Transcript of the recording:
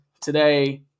today